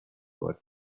for